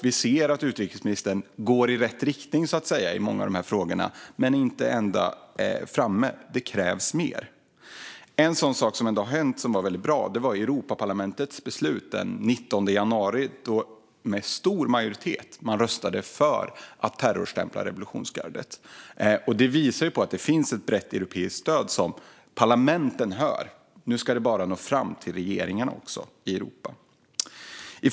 Vi ser att utrikesministern går i rätt riktning, så att säga, i många av dessa frågor. Men det krävs mer. En sak som ändå har hänt, och som var väldigt bra, var Europaparlamentets beslut den 19 januari då man med stor majoritet röstade för att terrorstämpla revolutionsgardet. Det visar att det finns ett brett europeiskt stöd som parlamenten hör. Nu ska det bara nå fram till regeringarna i Europa också.